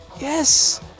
Yes